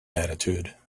attitude